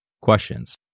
questions